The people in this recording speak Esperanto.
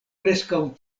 preskaŭ